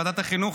בוועדת החינוך,